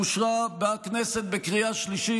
אושרה בכנסת בקריאה שלישית,